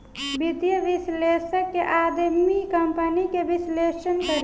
वित्तीय विश्लेषक में आदमी कंपनी के विश्लेषण करेले